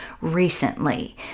recently